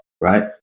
right